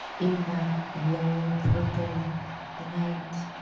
in that low purple light,